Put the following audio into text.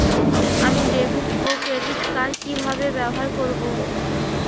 আমি ডেভিড ও ক্রেডিট কার্ড কি কিভাবে ব্যবহার করব?